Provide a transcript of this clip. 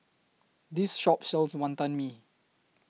This Shop sells Wantan Mee